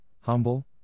humble